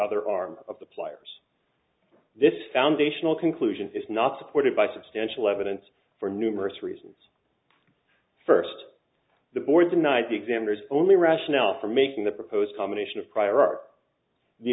other arm of the players this foundational conclusion is not supported by substantial evidence for numerous reasons first the board denied the examiners only rationale for making the proposed combination of prior art the